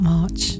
March